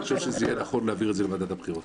אני חושב שזה יהיה נכון להעביר את זה לוועדת הבחירות.